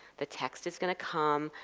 the text is going to come.